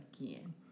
again